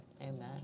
Amen